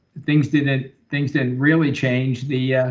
things didn't ah things didn't really change the